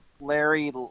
Larry